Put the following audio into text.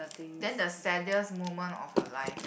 then the saddest moment of your life